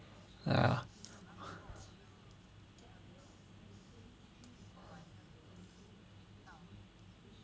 ya